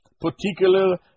particular